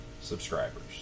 subscribers